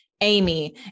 amy